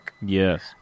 yes